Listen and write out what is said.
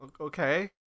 Okay